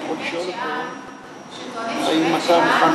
מדוע לתושבים מבית-שאן,